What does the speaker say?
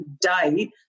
day